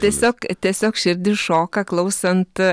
tiesiog tiesiog širdis šoka klausant